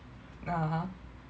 (uh huh)